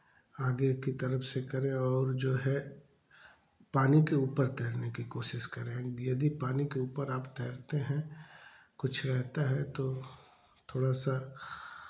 आगे की तरफ से करें और जो है पानी के ऊपर तैरने की कोशिश करें यदि पानी के ऊपर आप तैरते हैं कुछ रहता है तो थोड़ा सा